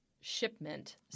shipment